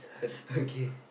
okay